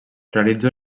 realitza